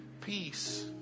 Peace